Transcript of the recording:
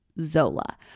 Zola